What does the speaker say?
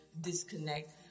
disconnect